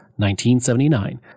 1979